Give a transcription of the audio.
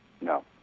No